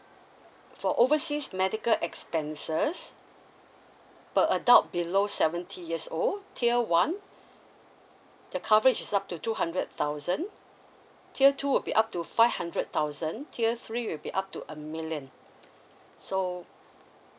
for overseas medical expenses per adult below seventy years old tier one the coverage is up to two hundred thousand tier two would be up to five hundred thousand tier three will be up to a million so